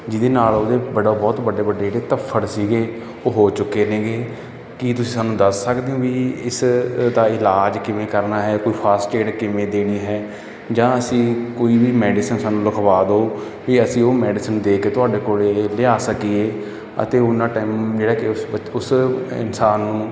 ਜਿਹਦੇ ਨਾਲ ਉਹਦੇ ਬੜਾ ਬਹੁਤ ਵੱਡੇ ਵੱਡੇ ਜਿਹੜੇ ਧੱਫੜ ਸੀਗੇ ਉਹ ਹੋ ਚੁੱਕੇ ਨੇਗੇ ਕੀ ਤੁਸੀਂ ਸਾਨੂੰ ਦੱਸ ਸਕਦੇ ਓ ਵੀ ਇਸ ਦਾ ਇਲਾਜ ਕਿਵੇਂ ਕਰਨਾ ਹੈ ਕੋਈ ਫਾਸਟ ਏਡ ਕਿਵੇਂ ਦੇਣੀ ਹੈ ਜਾਂ ਐਸੀ ਕੋਈ ਵੀ ਮੈਡੀਸਨ ਸਾਨੂੰ ਲਿਖਵਾ ਦਿਓ ਕਿ ਅਸੀਂ ਉਹ ਮੈਡੀਸਨ ਦੇ ਕੇ ਤੁਹਾਡੇ ਕੋਲੇਲਿਆ ਸਕੀਏ ਅਤੇ ਓਨਾ ਟਾਈਮ ਜਿਹੜਾ ਕਿ ਉਸ ਉਸ ਇਨਸਾਨ ਨੂੰ